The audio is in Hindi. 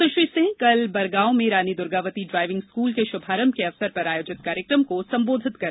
सुश्री सिंह कल बरगांव में रानी दर्गावती ड्राईविंग स्कूल के श्भारंभ के अवसर पर आयोजित कार्यक्रम को संबोधित कर रही थी